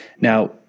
now